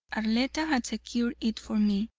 arletta had secured it for me.